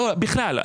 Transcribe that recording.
בכלל.